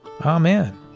Amen